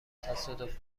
تصادف